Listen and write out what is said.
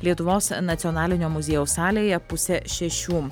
lietuvos nacionalinio muziejaus salėje pusę šešių